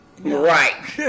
Right